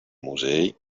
musei